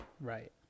Right